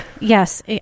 Yes